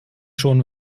schon